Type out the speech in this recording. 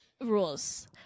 rules